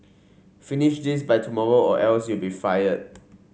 finish this by tomorrow or else you'll be fired